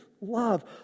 love